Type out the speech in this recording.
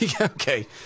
okay